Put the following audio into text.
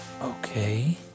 Okay